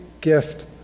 gift